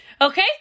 Okay